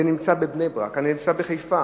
זה קיים בבני-ברק, זה קיים בחיפה.